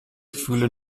gefühle